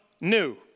new